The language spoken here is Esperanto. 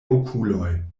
okuloj